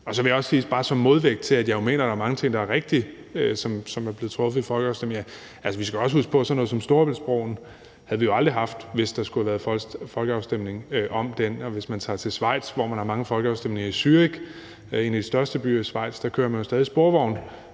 Så vil jeg også bare som modvægt til, at jeg jo mener, der er mange ting, der er rigtige, som er blevet besluttet ved folkeafstemninger, sige, at vi altså også skal huske på, at sådan noget som Storebæltsbroen havde vi aldrig haft, hvis der skulle have været folkeafstemning om den. Hvis man tager til Schweiz, hvor man har mange folkeafstemninger, kan man se, at man i en af de største byer i Schweiz Zürich stadig væk